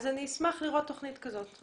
אני אשמח לראות תוכנית כזאת.